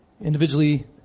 individually